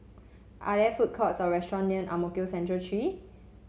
are there food courts or restaurant near Ang Mo Kio Central Three